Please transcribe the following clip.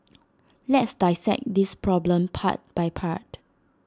let's dissect this problem part by part